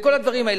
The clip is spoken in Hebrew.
לכל הדברים האלה.